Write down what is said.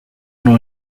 non